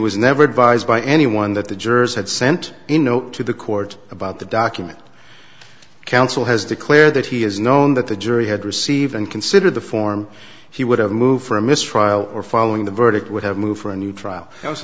was never advised by anyone that the jurors had sent in no to the court about the document counsel has declared that he has known that the jury had received and considered the form he would have moved for a mistrial or following the verdict would have moved for a new trial